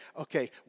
okay